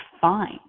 fine